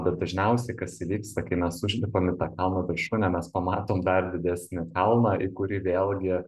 bet dažniausiai kas įvyksta kai mes užlipam į tą kalno viršūnę mes pamatom dar didesnį kalną į kurį vėlgi